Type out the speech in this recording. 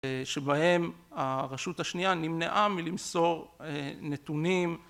אה, שבהם הרשות השנייה נמנעה מלמסור אה, נתונים